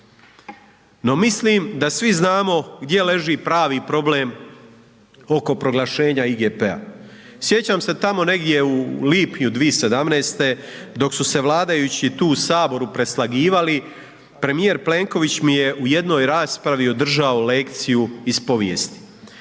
no mislim da svi znamo gdje leži pravi problem oko proglašenja IGP-a. Sjećam se tamo negdje u lipnju 2017. dok su se vladajući tu u saboru preslagivali premijer Plenković mi je u jednoj raspravi održao lekciju iz povijesti.